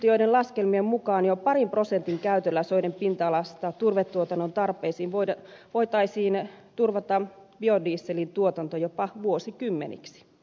asiantuntijoiden laskelmien mukaan jo parin prosentin käytöllä soiden pinta alasta turvetuotannon tarpeisiin voitaisiin turvata biodieselin tuotanto jopa vuosikymmeniksi